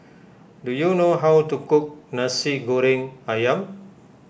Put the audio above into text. do you know how to cook Nasi Goreng Ayam